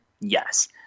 Yes